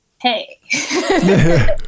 hey